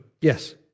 yes